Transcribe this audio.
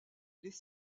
les